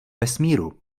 vesmíru